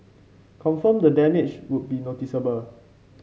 confirm the damage would be noticeable